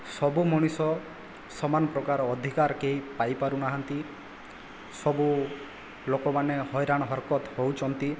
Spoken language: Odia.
ସବୁ ମଣିଷ ସମାନ ପ୍ରକାର ଅଧିକାର କେହି ପାଇପାରୁ ନାହାନ୍ତି ସବୁ ଲୋକମାନେ ହଇରାଣ ହରକତ ହେଉଛନ୍ତି